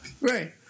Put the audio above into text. Right